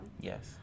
yes